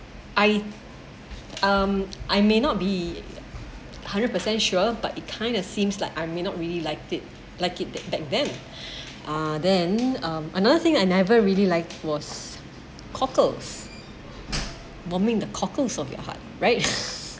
I um I may not be hundred percent sure but it kind of seems like I may not really liked it like it that back then uh then um another thing I never really liked was cockles warming the cockles of your heart right